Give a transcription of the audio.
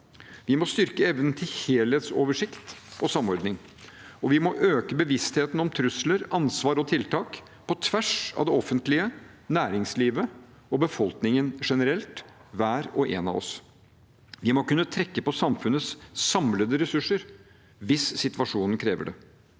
Vi må styrke evnen til helhetsoversikt og samordning, og vi må øke bevisstheten om trusler, ansvar og tiltak på tvers av det offentlige, næringslivet og i befolkningen generelt – hver og en av oss. Vi må kunne trekke på samfunnets samlede ressurser hvis situasjonen krever det.